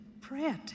prayer